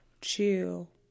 chill